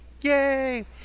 Yay